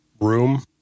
room